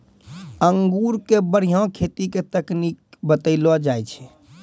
अंगूर के बढ़िया खेती के तकनीक बतइलो जाय छै